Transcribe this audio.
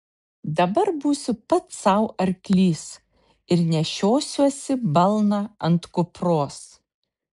dabar būsiu pats sau arklys ir nešiosiuosi balną ant kupros